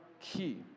key